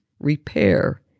repair